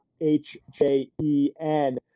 H-J-E-N